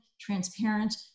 transparent